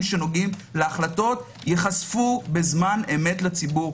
שנוגעים להחלטות ייחשפו בזמן אמת לציבור.